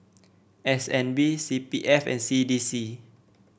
S N B C B F and C D C